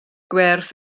gwerth